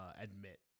admit